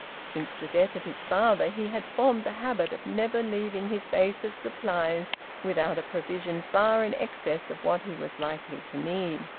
since the death of his father, he had formed the habit of never leaving his base of supplies without a provision far in excess of what he was likely to need.